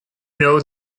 know